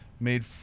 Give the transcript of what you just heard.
made